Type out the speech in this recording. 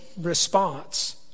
response